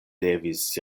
devis